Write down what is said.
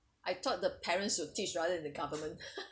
I thought the parents who teach rather than the government